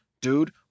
dude